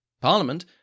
Parliament